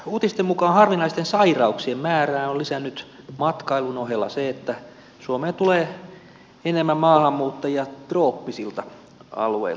uutisten mukaan harvinaisten sairauksien määrää on lisännyt matkailun ohella se että suomeen tulee enemmän maahanmuuttajia trooppisilta alueilta